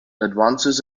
advances